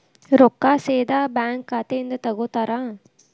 ರೊಕ್ಕಾ ಸೇದಾ ಬ್ಯಾಂಕ್ ಖಾತೆಯಿಂದ ತಗೋತಾರಾ?